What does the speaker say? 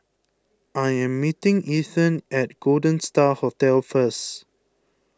I am meeting Ethan at Golden Star Hotel first